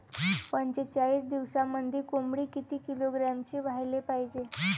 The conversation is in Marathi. पंचेचाळीस दिवसामंदी कोंबडी किती किलोग्रॅमची व्हायले पाहीजे?